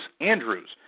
Andrews